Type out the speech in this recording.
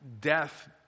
death